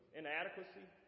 inadequacy